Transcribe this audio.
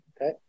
Okay